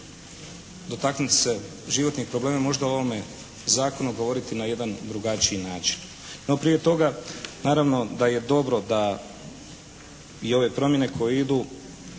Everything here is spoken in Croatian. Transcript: dotaknut se životnih problema, možda o ovome zakonu govoriti na jedan drugačiji način. No prije toga naravno da je dobro da i ove promjene koje idu